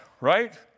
right